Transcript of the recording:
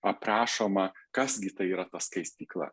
aprašoma kas gi tai yra skaistykla